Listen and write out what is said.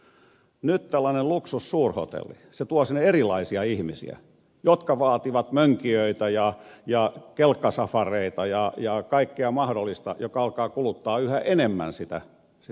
nyt tällainen luksussuurhotelli tuo sinne erilaisia ihmisiä jotka vaativat mönkijöitä ja kelkkasafareita ja kaikkea mahdollista joka alkaa kuluttaa yhä enemmän sitä kansallispuistoa